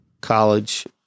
college